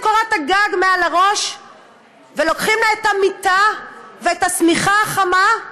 קורת הגג מעל הראש ולוקחים לה את המיטה ואת השמיכה החמה.